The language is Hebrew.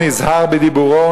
הוא נזהר בדיבורו,